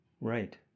right